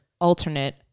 alternate